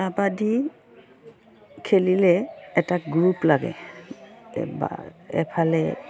কাবাডী খেলিলে এটা গ্ৰুপ লাগে এ বা এফালে